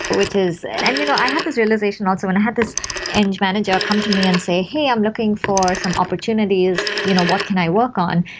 which is, and you know i had this realization also when i had this eng manager come to me and say, hey, i'm looking for some opportunities. you know what can i work on?